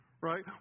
Right